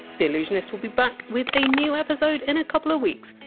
the allusuionist will be back with a new episode in a couple of weeks,